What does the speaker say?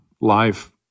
life